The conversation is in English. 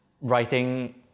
writing